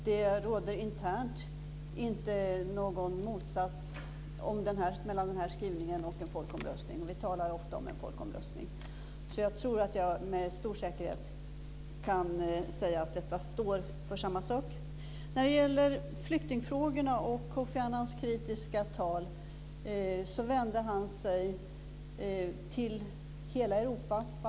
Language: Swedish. Det råder internt inte någon motsats mellan den här skrivningen och en folkomröstning, och vi talar ofta om en folkomröstning. Jag tror därför att jag med stor säkerhet kan säga att detta står för samma sak. Sedan gäller det flyktingfrågorna och Kofi Annans kritiska tal. Han vände sig till hela Europa.